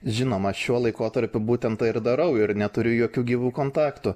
žinoma šiuo laikotarpiu būtent tą ir darau ir neturiu jokių gyvų kontaktų